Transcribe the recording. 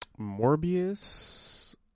Morbius